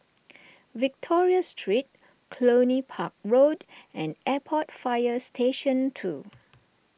Victoria Street Cluny Park Road and Airport Fire Station two